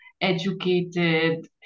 educated